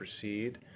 proceed